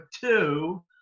two